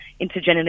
intergenerational